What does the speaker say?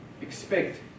expect